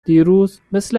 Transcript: دیروز، مثل